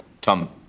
Tom